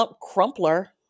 Crumpler